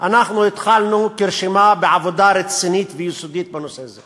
אנחנו התחלנו כרשימה בעבודה רצינית ויסודית בנושא זה,